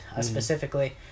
specifically